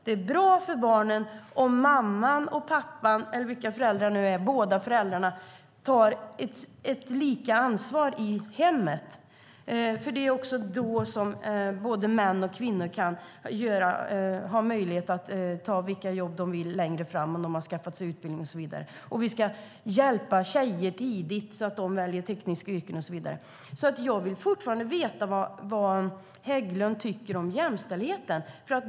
Det är bra för barnen om mamman och pappan, eller vilka föräldrarna nu är, båda föräldrarna, tar ett lika stort ansvar i hemmet. Det är då som både män och kvinnor kan ta vilka jobb de vill längre fram när de har skaffat sig utbildning. Vi ska hjälpa tjejer tidigt så att de väljer tekniska utbildningar och så vidare. Jag vill fortfarande veta vad Göran Hägglund tycker om jämställdheten.